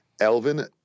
Elvin